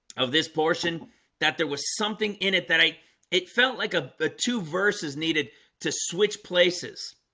of this portion that there was something in it that i it felt like a but two verses needed to switch places